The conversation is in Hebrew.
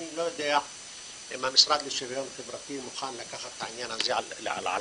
אני לא יודע אם המשרד לשוויון חברתי מוכן לקחת את העניין הזה על עצמו,